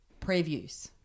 previews